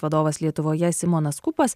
vadovas lietuvoje simonas skupas